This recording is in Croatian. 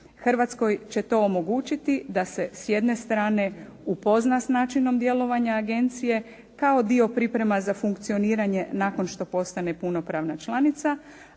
Hrvatskoj će to omogućiti da se s jedne strane upozna s načinom djelovanja agencije, kao dio priprema za funkcioniranje nakon što postane punopravna članica,